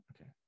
okay